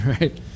right